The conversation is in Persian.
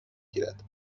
گیرد